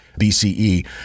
BCE